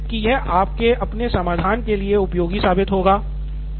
उम्मीद है कि यह आपके अपने समाधान के लिए उपयोगी साबित होगा